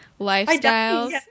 lifestyles